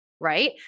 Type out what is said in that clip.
right